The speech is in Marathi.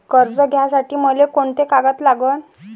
कर्ज घ्यासाठी मले कोंते कागद लागन?